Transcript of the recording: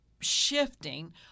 Shifting